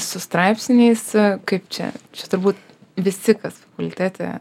su straipsniais kaip čia čia turbūt visi kas fakultete